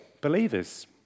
believers